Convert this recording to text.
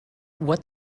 what